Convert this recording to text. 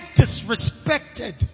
disrespected